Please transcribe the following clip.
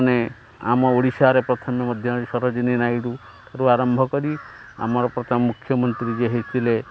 ମାନେ ଆମ ଓଡ଼ିଶାରେ ପ୍ରଥମେ ମଧ୍ୟ ସରଜିନୀ ନାଇଡ଼ୁରୁ ଆରମ୍ଭ କରି ଆମର ପ୍ରଥମେ ମୁଖ୍ୟମନ୍ତ୍ରୀ ଯିଏ ହେଇଥିଲେ